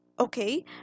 Okay